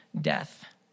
death